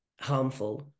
harmful